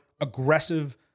aggressive